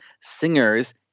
singers